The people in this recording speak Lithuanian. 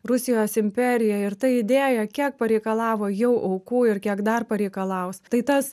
rusijos imperiją ir ta idėja kiek pareikalavo jau aukų ir kiek dar pareikalaus tai tas